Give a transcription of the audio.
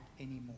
anymore